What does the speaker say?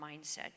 mindset